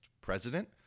president